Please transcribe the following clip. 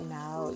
now